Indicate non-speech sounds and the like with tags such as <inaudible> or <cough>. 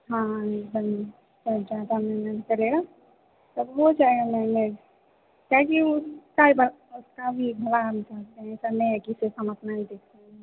हाँ हाँ न्यूटन में तब ज़्यादा मेहनत करेगा तब हो जाएगा मैन ताकि उसका भी <unintelligible> उसका भी भला हम चाहते हैं ऐसा नहीं है कि सिर्फ़ हम अपना ही देखते हैं